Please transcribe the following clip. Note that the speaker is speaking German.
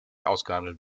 ausgehandelt